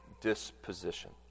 disposition